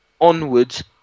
onwards